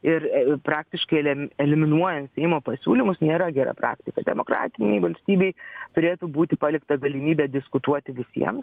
ir praktiškai elem eliminuojant seimo pasiūlymus gera praktika demokratinėj valstybėj turėtų būti palikta galimybė diskutuoti visiem